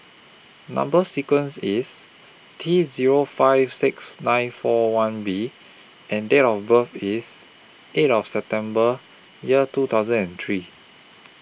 Number sequence IS T Zero five six nine four one B and Date of birth IS eight of September Year two thousand and three